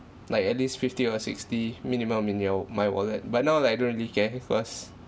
like at least fifty or sixty minimum in your my wallet but now like I don't really care cause